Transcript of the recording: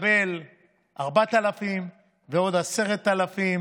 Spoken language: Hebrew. תקבל 4,000 ועוד 10,000